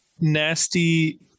nasty